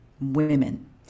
women